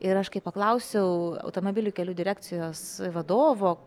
ir aš kai paklausiau automobilių kelių direkcijos vadovo